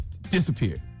disappeared